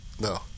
no